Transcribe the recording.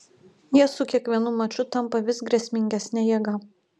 jie su kiekvienu maču tampa vis grėsmingesne jėga